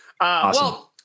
Awesome